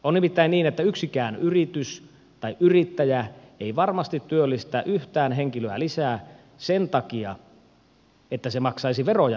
on nimittäin niin että yksikään yritys tai yrittäjä ei varmasti työllistä yhtään henkilöä lisää sen takia että se maksaisi veroja vähemmän